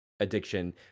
Addiction